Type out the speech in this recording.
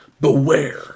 Beware